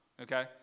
Okay